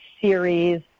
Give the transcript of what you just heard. series